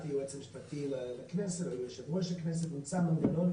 היועצת המשפטית לכנסת ויושב-ראש הכנסת נמצא מנגנון